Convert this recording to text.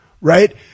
right